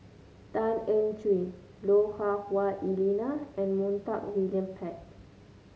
Tan Eng Joo Lui Hah Wah Elena and Montague William Pett